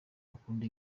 akunda